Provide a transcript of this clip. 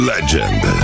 Legend